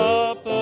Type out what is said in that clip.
up